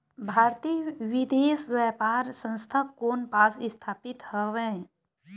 भारतीय विदेश व्यापार संस्था कोन पास स्थापित हवएं?